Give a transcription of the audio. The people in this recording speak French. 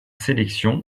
sélection